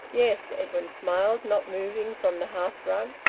yes, edwin smiled, not moving from the hearthrug,